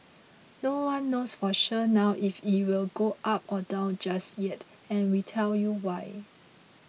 no one knows for sure now if it will go up or down just yet and we'll tell you why